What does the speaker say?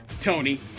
Tony